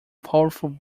powerful